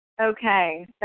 Okay